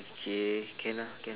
okay can ah can